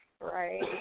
right